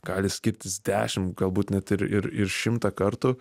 gali skirtis dešim galbūt net ir ir šimtą kartų